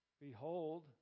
behold